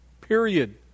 Period